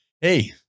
Hey